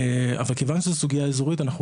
מכיוון שזו סוגיה אזורית,